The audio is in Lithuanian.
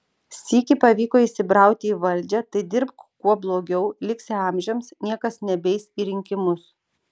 sykį pavyko įsibrauti į valdžią tai dirbk kuo blogiau liksi amžiams niekas nebeis į rinkimus